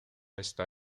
está